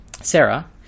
Sarah